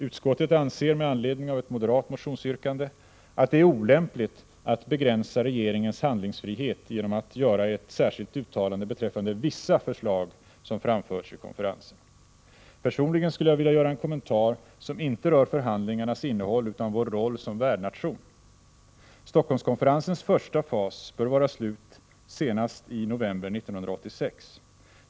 Utskottet anser med anledning av ett moderat motionsyrkande att det är olämpligt att begränsa regeringens handlingsfrihet genom att göra ett särskilt uttalande beträffande vissa förslag som framförts vid konferensen. Personligen skulle jag vilja göra en kommentar som inte rör förhandlingarnas innehåll utan vår roll som värdnation. Stockholmskonferensens första fas bör vara slut senast i november 1986.